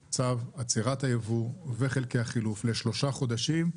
עם צו עצירת היבוא וחלקי חילוף לשלושה חודשים,